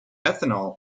ethanol